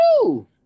Woo